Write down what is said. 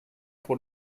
pour